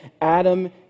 Adam